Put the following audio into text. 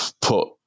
put